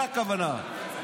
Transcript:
זאת הכוונה.